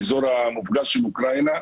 מהאזור המופגז של אוקראינה.